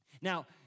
Now